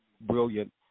brilliant